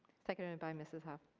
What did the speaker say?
seconded and by mrs. hough.